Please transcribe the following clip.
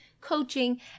coaching